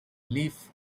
leif